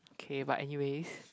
okay but anyways